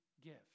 gift